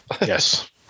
yes